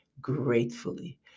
gratefully